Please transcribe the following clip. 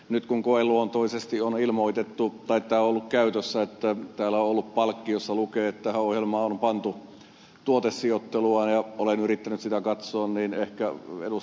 nyt kun koeluonteisesti on ilmoitettu tai on ollut käytössä palkki jossa lukee että tähän ohjelmaan on pantu tuotesijoittelua ja olen yrittänyt sitä katsoa niin ehkä ed